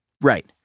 Right